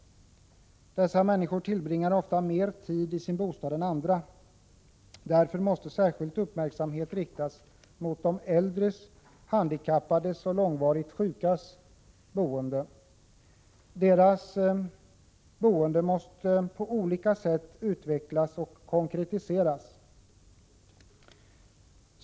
Dessa människor tillbringar ofta mer tid i sin bostad än andra. Därför måste särskild uppmärksamhet riktas mot de äldres, de handikappades och de långvarigt sjukas boende. Deras boende måste på olika sätt utvecklas och konkretiseras.